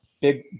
Big